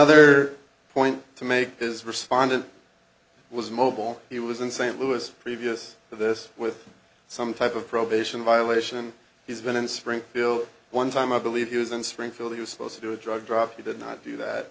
r point to make his respondent was mobile he was in st louis previous to this with some type of probation violation he's been in springfield one time i believe he was in springfield he was supposed to do a drug drop he did not do that